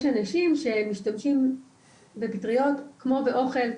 יש אנשים שמשתמשים בפטריות כמו באוכל,